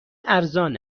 ارزان